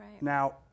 Now